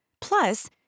Plus